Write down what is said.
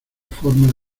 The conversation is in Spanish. forma